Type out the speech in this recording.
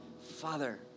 Father